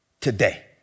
today